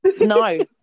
No